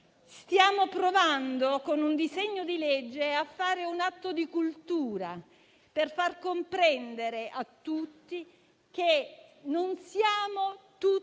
Stiamo provando, con un disegno di legge, a fare un atto di cultura, per far comprendere a tutti che non siamo tutti